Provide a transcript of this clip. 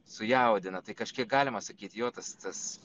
sujaudina tai kažkiek galima sakyt jo tas tas